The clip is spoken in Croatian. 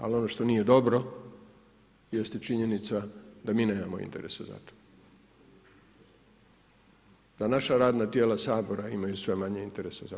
Ali ono što nije dobro jeste činjenica da mi nemamo interesa za to, da naša radna tijela Sabora imaju sve manje interesa za to.